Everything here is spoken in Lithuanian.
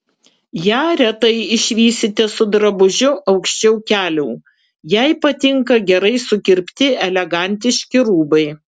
ją retai išvysite su drabužiu aukščiau kelių jai patinka gerai sukirpti elegantiški rūbai